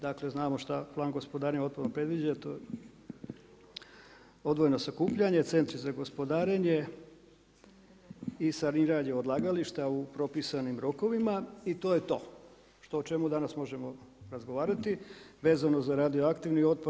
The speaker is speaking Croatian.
Dakle znamo šta Plan gospodarenja otpadom predviđa, odvojeno sakupljanje, centri za gospodarenje i saniranje odlagališta u propisanim rokovima i to je to što o čemu danas možemo razgovarati, vezano za radioaktivni otpad.